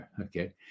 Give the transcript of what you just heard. Okay